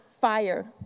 fire